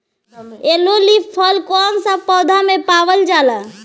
Yellow leaf curl कौन सा पौधा में पावल जाला?